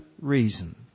reason